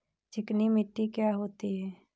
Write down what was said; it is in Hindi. चिकनी मिट्टी क्या होती है?